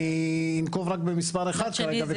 אני אנקוב רק במספר אחד כרגע.